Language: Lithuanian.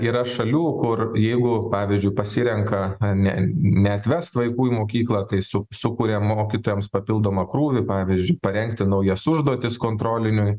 yra šalių kur jeigu pavyzdžiui pasirenka ne neatvest vaikų į mokyklą tai su sukuria mokytojams papildomą krūvį pavyzdžiui parengti naujas užduotis kontroliniui